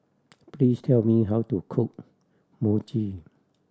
please tell me how to cook Mochi